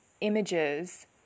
images